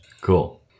Cool